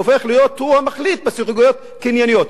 הוא הופך להיות המחליט בסוגיות קנייניות.